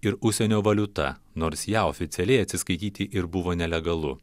ir užsienio valiuta nors ja oficialiai atsiskaityti ir buvo nelegalu